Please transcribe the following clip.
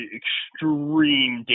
extreme